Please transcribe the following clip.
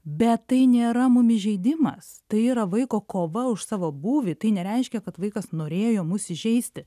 bet tai nėra mum įžeidimas tai yra vaiko kova už savo būvį tai nereiškia kad vaikas norėjo mus įžeisti